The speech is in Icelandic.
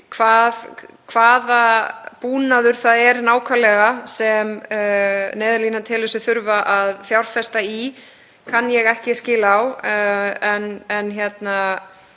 Hvað búnaður það er nákvæmlega sem Neyðarlínan telur sig þurfa að fjárfesta í kann ég ekki skil á, en ég